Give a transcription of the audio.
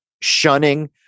shunning